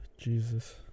Jesus